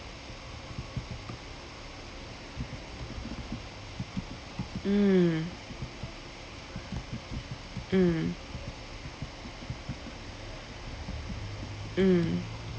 mm mm mm